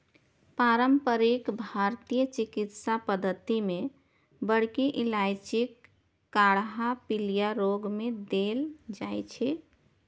पारंपरिक भारतीय चिकित्सा पद्धति मे बड़की इलायचीक काढ़ा पीलिया रोग मे देल जाइ छै